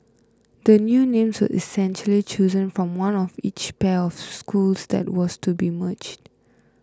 the new names were essentially chosen from one of each pair of schools that was to be merged